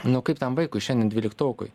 nu kaip tam vaikui šiandien dvyliktokui